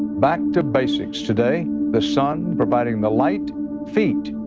back to basics today the sun providing the light feet,